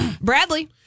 Bradley